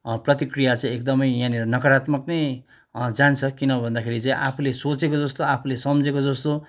प्रतिक्रिया चाहिँ एकदमै यहाँनिर नकारात्मक नै जान्छ किन भन्दाखेरि चाहिँ आफूले सोचेको जस्तो आफूले सम्झेको जस्तो